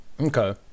Okay